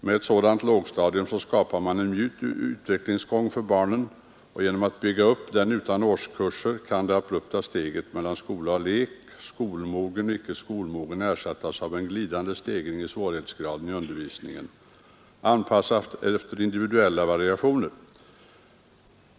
Med ett sådant lågstadium skapas en mjuk utvecklingsgång för barnen. Genom att bygga upp det utan årskurser kan det abrupta steget mellan skola och lek, skolmogen och icke-skolmogen ersättas av en glidande stegring i svårighetsgraden i undervisningen, anpassad efter individuella variationer.